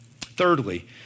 Thirdly